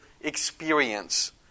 experience